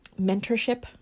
mentorship